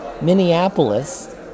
Minneapolis